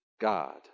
God